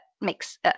makes